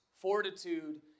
fortitude